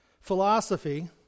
philosophy